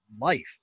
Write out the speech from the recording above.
life